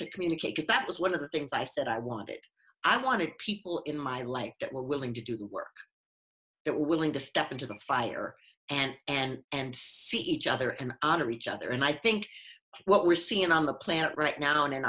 to communicate because that was one of the things i said i wanted i wanted people in my life that were willing to do the work it willing to step into the fire and and and see each other and out of each other and i think what we're seeing on the planet right now and in